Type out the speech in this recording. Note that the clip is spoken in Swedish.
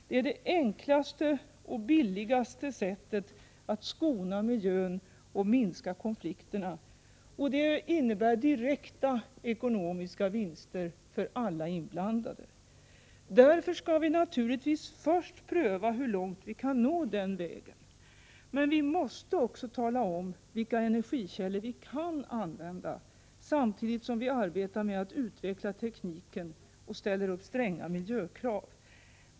Det är det enklaste och billigaste sättet att skona miljön och minska konflikterna, och det innebär direkta ekonomiska vinster för alla inblandade. Därför skall vi naturligtvis först pröva hur långt vi kan nå den vägen. Men vi måste också tala om vilka energikällor vi kan använda, samtidigt som vi arbetar med att utveckla tekniken och ställer upp stränga miljökrav.